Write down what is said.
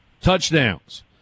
touchdowns